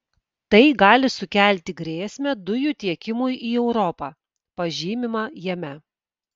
tai gali sukelti grėsmę dujų tiekimui į europą pažymima jame